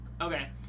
okay